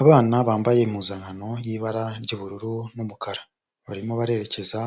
Abana bambaye impuzankano y'ibara ry'ubururu n'umukara, barimo barerekeza